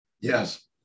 Yes